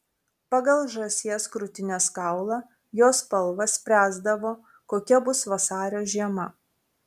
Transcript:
pagal žąsies krūtinės kaulą jo spalvą spręsdavo kokia bus vasario žiema